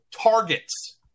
targets